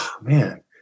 man